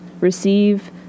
receive